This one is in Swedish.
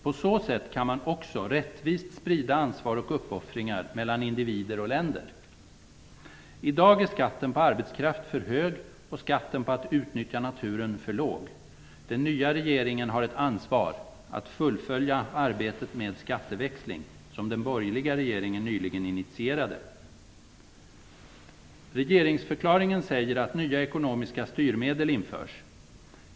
På så sätt kan man också rättvist sprida ansvar och uppoffringar mellan individer och länder. I dag är skatten på arbetskraft för hög och skatten på att utnyttja naturen för låg. Den nya regeringen har ett ansvar att fullfölja arbetet med skatteväxling som den borgerliga regeringen nyligen initierade. I regeringsförklaringen sägs att nya ekonomiska styrmedel införs.